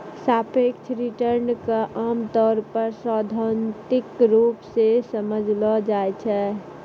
सापेक्ष रिटर्न क आमतौर पर सैद्धांतिक रूप सें समझलो जाय छै